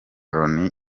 loni